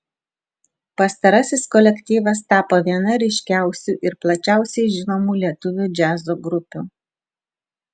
pastarasis kolektyvas tapo viena ryškiausių ir plačiausiai žinomų lietuvių džiazo grupių